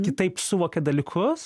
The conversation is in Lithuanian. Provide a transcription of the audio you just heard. kitaip suvokė dalykus